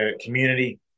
community